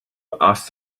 asked